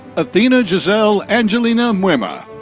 athena giselle angelina mwema.